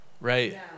Right